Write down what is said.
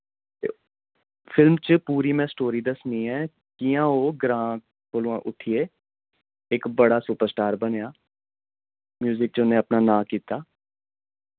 ते फिल्म च पूरी में स्टोरी दस्सनी ऐ कि'यां ओह् ग्रां कोलोआं उट्ठियै इक बड़ा सुपरस्टार बनेआ म्यूयिक च उ'न्नै अपना नांऽ कीता